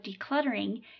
decluttering